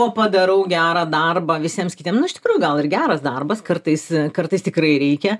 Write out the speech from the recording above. o padarau gerą darbą visiems kitiem nu iš tikrųjų gal ir geras darbas kartais kartais tikrai reikia